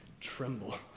tremble